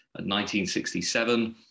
1967